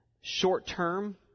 short-term